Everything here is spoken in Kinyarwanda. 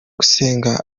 gusenga